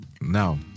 Now